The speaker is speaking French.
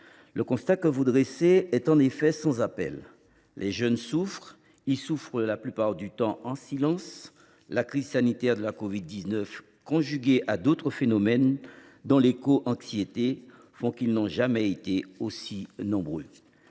chère Nathalie Delattre, est en effet sans appel. Les jeunes souffrent. Et ils souffrent la plupart du temps en silence. La crise sanitaire de la covid 19, conjuguée à d’autres phénomènes, dont l’éco anxiété, fait qu’ils n’ont jamais été aussi nombreux.